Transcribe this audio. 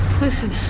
Listen